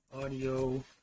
audio